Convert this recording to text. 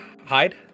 Hide